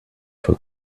for